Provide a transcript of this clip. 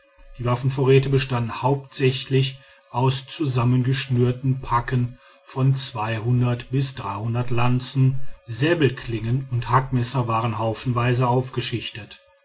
die waffenvorräte bestanden hauptsächlich aus zusammengeschnürten packen von bis lanzen säbelklingen und hackmesser waren haufenweise aufgeschichtet